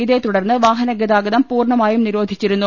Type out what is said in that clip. ഇതേ ത്തുടർന്ന് വാഹന ഗതാഗതം പൂർണമായും നിരോധിച്ചിരുന്നു